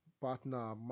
partner